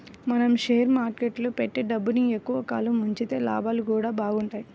మనం షేర్ మార్కెట్టులో పెట్టే డబ్బుని ఎక్కువ కాలం ఉంచితే లాభాలు గూడా బాగుంటయ్